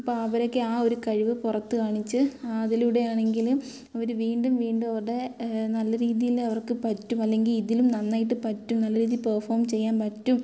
അപ്പം അവരൊക്കെ ആ ഒരു കഴിവ് പുറത്ത് കാണിച്ച് അതിലൂടെ ആണെങ്കിൽ അവർ വീണ്ടും വീണ്ടും അവരുടെ നല്ല രീതിയിൽ അവർക്ക് പറ്റും അല്ലെങ്കിൽ ഇതിലും നന്നായിട്ട് പറ്റും നല്ല രീതി പെർഫോം ചെയ്യാൻ പറ്റും